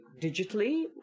digitally